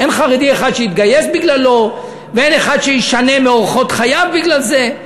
אין חרדי אחד שיתגייס בגללו ואין אחד שישנה מאורחות חייו בגלל זה.